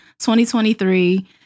2023